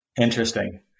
Interesting